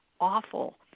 awful